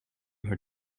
her